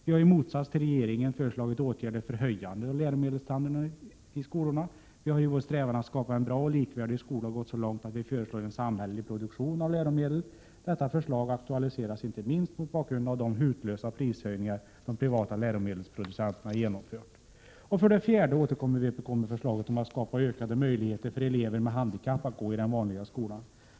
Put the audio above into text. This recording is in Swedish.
Vi har i motsats till regeringen föreslagit åtgärder för höjande av läromedelsstandarden i skolan. I vår strävan att skapa en bra och likvärdig skola har vi gått så långt att vi föreslår en samhällelig produktion av läromedel. Detta förslag aktualiseras inte minst av de hutlösa prishöjningar som de privata läromedelsproducenterna genomfört. För det fjärde återkommer vpk med förslaget om att skapa ökade möjligheter för elever med handikapp att gå i den vanliga skolan.